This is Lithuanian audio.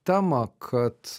temą kad